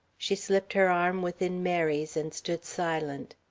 she slipped her arm within mary's and stood silent.